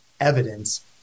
evidence